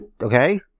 Okay